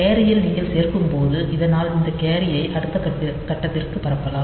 கேரியில் நீங்கள் சேர்க்கும்போது இதனால் இந்த கேரியை அடுத்த கட்டத்திற்கு பரப்பலாம்